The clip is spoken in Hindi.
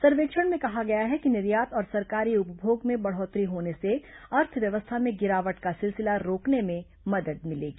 सर्वेक्षण में कहा गया है कि निर्यात और सरकारी उपभोग में बढ़ोतरी होने से अर्थव्यवस्था में गिरावट का सिलसिला रोकने में मदद मिलेगी